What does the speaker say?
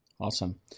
Awesome